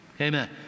Amen